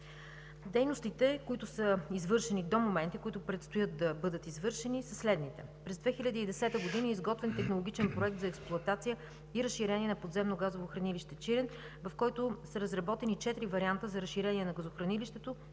Дейностите, които са извършени до момента и които предстоят да бъдат извършени, са следните: през 2010 г. е изготвен технологичен проект за експлоатация и разширение на подземно газово хранилище „Чирен“, в който са разработени четири варианта за разширение на газохранилището